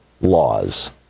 laws